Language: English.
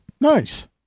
Nice